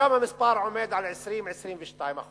היום השיעור עומד על 20% 22%,